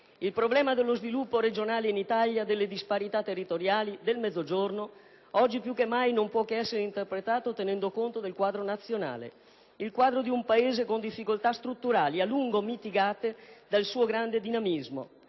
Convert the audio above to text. Il problema dello sviluppo regionale in Italia, delle disparità territoriali, del Mezzogiorno, oggi più che mai non può che essere interpretato tenendo conto del quadro nazionale, il quadro di un Paese con difficoltà strutturali, a lungo mitigate dal suo grande dinamismo,